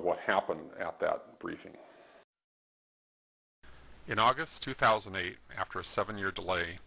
of what happened at that briefing in august two thousand and eight after a seven year delay